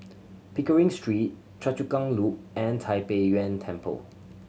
Pickering Street Choa Chu Kang Loop and Tai Pei Yuen Temple